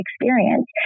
experience